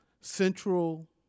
Central